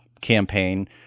campaign